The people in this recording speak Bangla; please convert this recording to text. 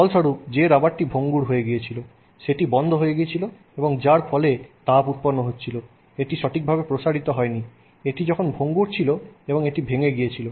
ফলস্বরূপ যে রাবারটি ভঙ্গুর হয়ে গিয়েছিল সেটি বন্ধ হয়ে গিয়েছিলো এবং যার ফলে তাপ উৎপন্ন হচ্ছিল এটি সঠিকভাবে প্রসারিত হয়নি এটি তখন ভঙ্গুর ছিল এবং এটি ভেঙে গিয়েছিল